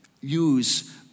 use